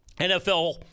NFL